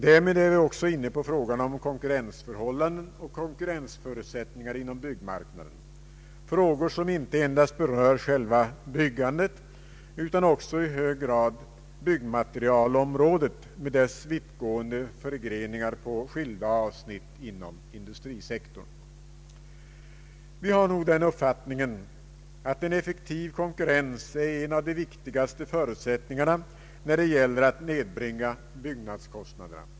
Därmed är vi också inne på frågan om konkurrensförhållanden och konkurrensförutsättningar inom byggmarknaden, frågor som inte endast berör själva byggandet utan också i hög grad byggmaterialområdet, med dess vittgående förgreningar på skilda avsnitt av industrisektorn. Vi har nog den uppfattningen att en effektiv konkurrens är en av de viktigaste förutsättningarna när det gäller att nedbringa byggnadskostnaderna.